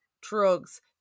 drugs